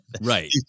Right